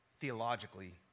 theologically